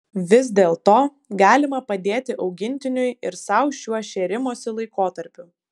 vis dėlto galima padėti augintiniui ir sau šiuo šėrimosi laikotarpiu